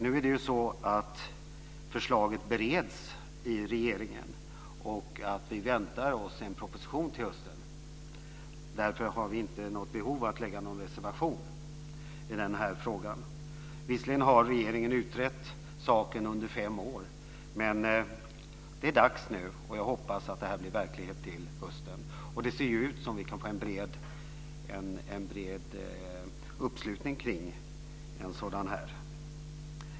Nu är det ju så att förslaget bereds inom regeringen och att vi väntar oss en proposition till hösten. Därför har vi inget behov av att lägga en reservation i den här frågan. Visserligen har regeringen utrett saken under fem år, men det är dags nu. Jag hoppas att det här blir verklighet till hösten, och det ser ju ut som om vi kan få en bred uppslutning omkring det här.